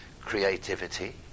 creativity